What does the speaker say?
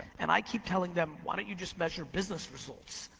and i keep telling them why don't you just measure business results?